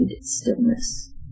stillness